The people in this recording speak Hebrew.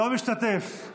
לא משתתף.